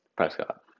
Prescott